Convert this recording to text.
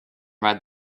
read